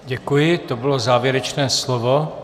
Děkuji, to bylo závěrečné slovo.